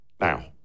now